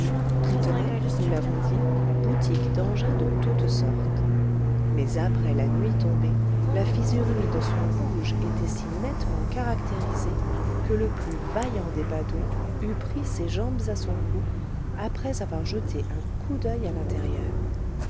qui tenait nous l'avons dit boutique d'engins de toute sorte mais après la nuit tombée la physionomie de son bouge était si nettement caractérisée que le plus vaillant des badauds eût pris ses jambes à son cou après avoir jeté un coup d'oeil à l'intérieur